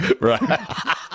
Right